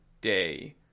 Day